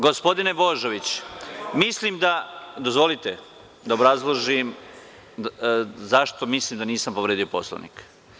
Gospodine Božović, dozvolite da obrazložim zašto mislim da nisam povredio Poslovnik.